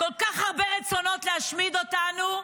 כל כך הרבה רצונות להשמיד אותנו,